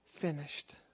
finished